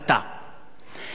אדוני היושב-ראש,